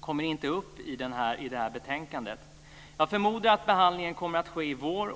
kommer inte upp till behandling i detta betänkande. Jag förmodar att behandlingen kommer att ske i vår.